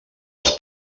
els